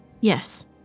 Yes